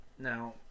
Now